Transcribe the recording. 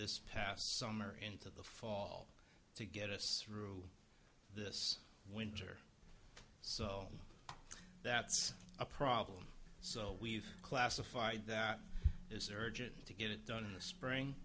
this past summer into the fall to get us through this winter so that's a problem so we've classified that is urgent to get it done in the spring